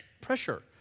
pressure